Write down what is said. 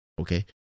Okay